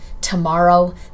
tomorrow